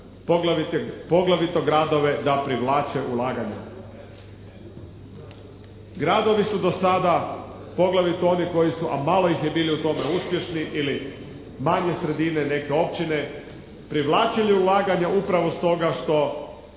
poglavito gradove da privlače ulaganja. Gradovi su do sada poglavito oni koji su, a malo ih je bilo u tome uspješno ili manje sredine, neke općine, privlačili ulaganja upravo stoga što